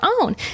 own